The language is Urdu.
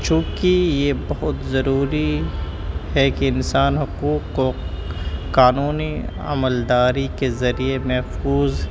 چونکہ یہ بہت ضروری ہے کہ انسان حقوق کو قانونی عمل داری کے ذریعے محفوظ